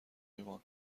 ایمان